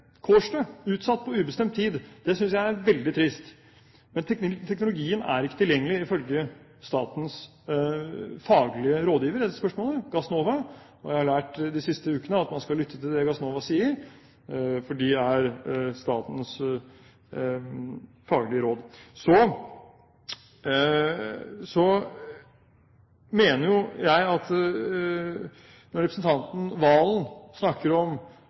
Kårstø, utsatt på ubestemt tid. Det synes jeg er veldig trist, men teknologien er ikke tilgjengelig, ifølge statens faglige rådgiver i dette spørsmålet, Gassnova. Og jeg har lært de siste ukene at man skal lytte til det Gassnova sier, for det er statens faglige råd. Statsråden snakker om dette med kortreist kraft. Det vil jo være sånn at